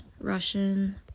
Russian